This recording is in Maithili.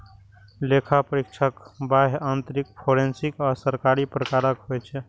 लेखा परीक्षक बाह्य, आंतरिक, फोरेंसिक आ सरकारी प्रकारक होइ छै